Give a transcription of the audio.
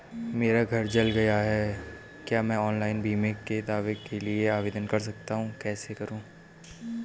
मेरा घर जल गया है क्या मैं ऑनलाइन बीमे के दावे के लिए आवेदन कर सकता हूँ कैसे करूँ?